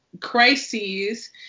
crises